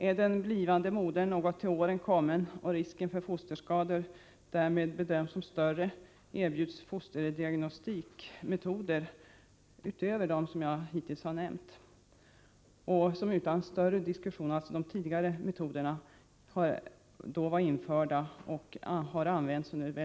Är den blivande modern något till åren kommen, varvid risken för fosterskador bedöms vara större, erbjuds helt nya fosterdiagnostikmetoder utöver de sedan länge tillämpade som jag hittills nämnt.